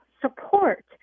support